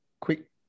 quick